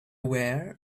were